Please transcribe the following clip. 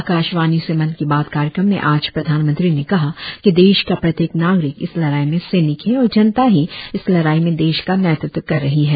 आकाशवाणी से मन की बात कार्यक्रम में आज प्रधानमंत्री ने कहा कि देश का प्रत्येक नागरिक इस लड़ाई में सैनिक है और जनता ही इस लड़ाई में देश का नेतृत्व कर रही है